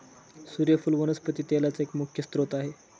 सुर्यफुल वनस्पती तेलाचा एक मुख्य स्त्रोत आहे